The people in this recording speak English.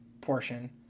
portion